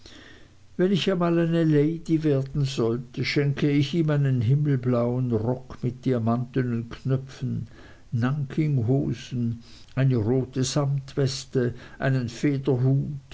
wenn ich einmal eine lady werden sollte schenke ich ihm einen himmelblauen rock mit diamantnen knöpfen nankinghosen eine rote samtweste einen federhut